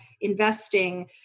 investing